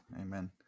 Amen